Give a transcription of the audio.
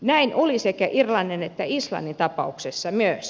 näin oli sekä irlannin että islannin tapauksessa myös